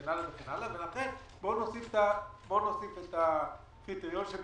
וכן הלאה ולכן בואו נוסיף את הקריטריון של המסתננים.